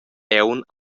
aunc